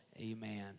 Amen